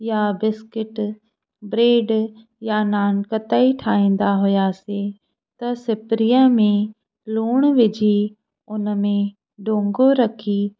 या biscuit bread या नान कताई ठाहींदा हुयासीं त सिपरीअ में लूणु विझी उन में डोंगो रखी